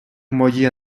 моє